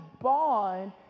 bond